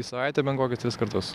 į savaitę bent kokius tris kartus